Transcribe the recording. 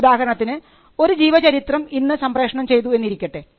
ഉദാഹരണത്തിന് ഒരു ജീവചരിത്രം ഇന്ന് സംപ്രേഷണം ചെയ്തു എന്നിരിക്കട്ടെ